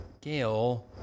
Gail